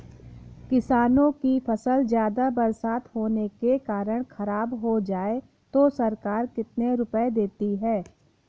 किसानों की फसल ज्यादा बरसात होने के कारण खराब हो जाए तो सरकार कितने रुपये देती है?